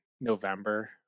november